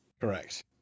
Correct